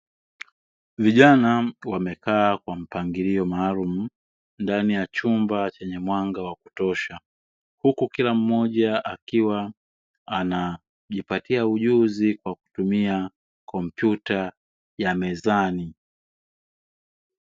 Vijana wamekaa kwa mpangilio maalumu ndani ya chumba chenye mwanga wa kutosha, huku kila mmoja akiwa anajipatia ujuzi kwa kutumia kompyuta ya mezani.